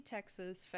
Texas